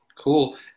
Cool